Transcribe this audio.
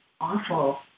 awful